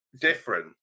different